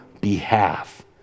behalf